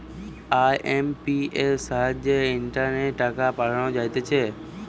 IMPS সাহায্যে ইন্টারনেটে টাকা পাঠানো যাইতেছে